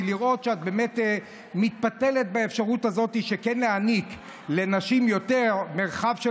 לראות שאת באמת מתפתלת בין האפשרות הזאת של להעניק לנשים יותר מרחב של